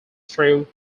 through